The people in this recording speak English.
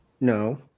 No